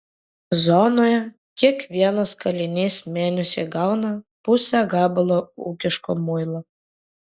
zonoje kiekvienas kalinys mėnesiui gauna pusę gabalo ūkiško muilo